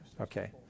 Okay